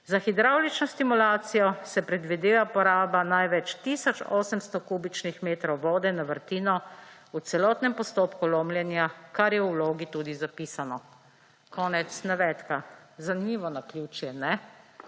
Za hidravlično stimulacijo se predvideva poraba največ tisoč 800 kubičnih metrov vode na vrtino v celotnem postopku lomljenja kar je v vlogi tudi zapisano.« konec navedka. Zanimivo naključje, če